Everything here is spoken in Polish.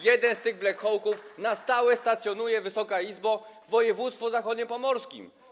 Jeden z tych black hawków na stałe stacjonuje, Wysoka Izbo, w województwie zachodniopomorskim.